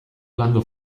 landu